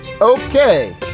Okay